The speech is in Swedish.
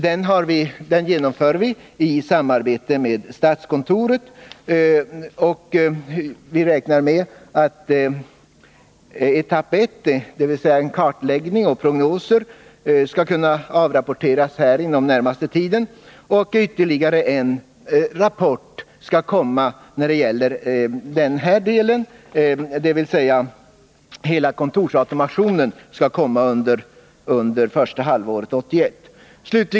Den genomför vi i samarbete med statskontoret, och vi räknar med att etapp 1, dvs. en förstudie, skall kunna avrapporteras inom den närmaste tiden. Ytterligare en rapport om frågor som rör kontorsautomationen skall läggas fram under första halvåret 1981.